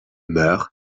meur